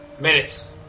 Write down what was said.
minutes